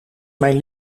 mijn